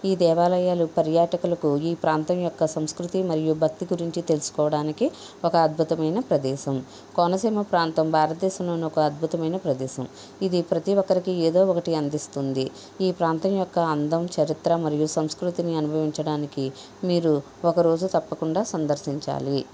ఈ దేవాలయాలు పర్యాటకులకు ఈ ప్రాంతం యొక్క సంస్కృతి మరియు భక్తి గురించి తెలుసుకోవడానికి ఒక అద్భుతమైన ప్రదేశం కోనసీమ ప్రాంతం భారతదేశంలోని ఒక అద్భుతమైన ప్రదేశం ఇది ప్రతి ఒక్కరికి ఏదో ఒకటి అందిస్తుంది ఈ ప్రాంతం యొక్క అందం చరిత్ర మరియు సంస్కృతిని అనుభవించడానికి మీరు ఒకరోజు తప్పకుండా సందర్శించాలి